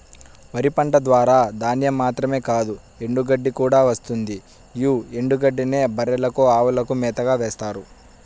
వరి పంట ద్వారా ధాన్యం మాత్రమే కాదు ఎండుగడ్డి కూడా వస్తుంది యీ ఎండుగడ్డినే బర్రెలకు, అవులకు మేతగా వేత్తారు